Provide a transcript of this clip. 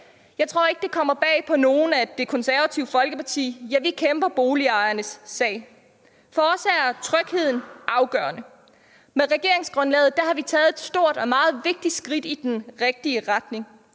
Jeg tror ikke, det kommer bag på nogen, at Det Konservative Folkeparti kæmper boligejernes sag. For os er trygheden afgørende. Med regeringsgrundlaget har vi taget et stort og meget vigtigt skridt i den rigtige retning.